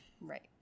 Right